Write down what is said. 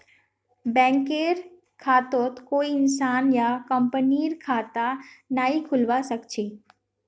बैंकरेर बैंकत कोई इंसान या कंपनीर खता नइ खुलवा स ख छ